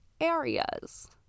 areas